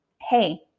hey